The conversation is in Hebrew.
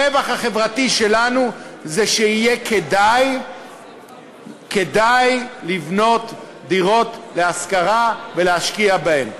הרווח החברתי שלנו הוא שיהיה כדאי לבנות דירות להשכרה ולהשקיע בהן.